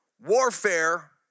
warfare